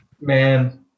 Man